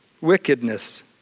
wickedness